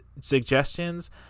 suggestions